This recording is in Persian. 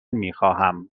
میخواهم